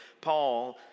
Paul